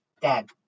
Dad